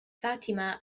fatima